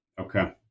Okay